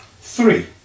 Three